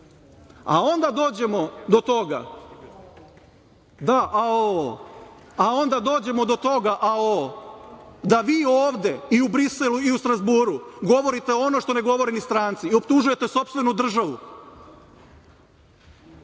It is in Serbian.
A onda dođemo do toga - aaauuu, da vi ovde, i u Briselu, i u Strazburu, govorite ono što ne govore ni stranci i optužujete sopstvenu državu,